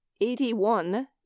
Eighty-one